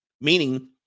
meaning